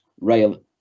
rail